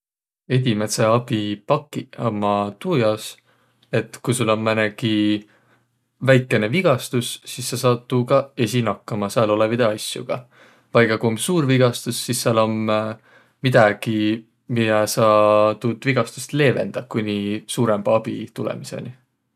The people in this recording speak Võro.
Edimädse abi pakiq ummaq tuu jaos, et ku sul om määnegi väikene vigastus sis saq saat tuuga esiq nakkama sääl olõvidõ asjoga. Vai ka ku om suur vigastus, sis sääl om midägi, miä saa tuud vigastust leevendäq, kooniq suurõmba abi tulõmisõni.